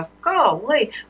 golly